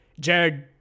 Jared